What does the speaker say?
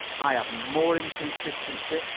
i have more inconsistency,